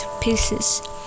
pieces